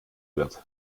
wird